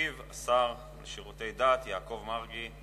ישיב השר לשירותי דת יעקב מרגי.